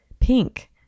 pink